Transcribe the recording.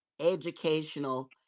educational